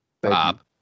Bob